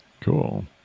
Cool